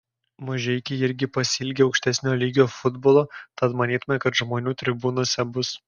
mažeikiai irgi pasiilgę aukštesnio lygio futbolo tad manytumėme kad žmonių tribūnose bus